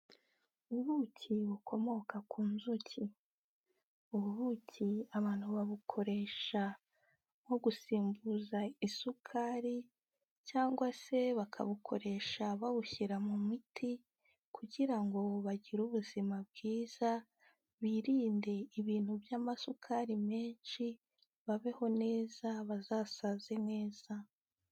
Ubuki bukomoka ku nzuki. Ubu ubuki abantu babukoresha nko gusimbuza isukari cyangwa se bakabukoresha babushyira mu miti, kugira ngo bagire ubuzima bwiza, birinde ibintu by'amasukari menshi babeho neza bazasaze neza.